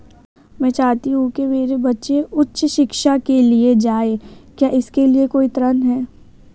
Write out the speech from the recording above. मैं चाहता हूँ कि मेरे बच्चे उच्च शिक्षा के लिए जाएं क्या इसके लिए कोई ऋण है?